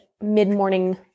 mid-morning